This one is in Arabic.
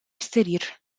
السرير